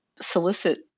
Solicit